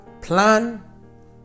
plan